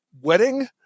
wedding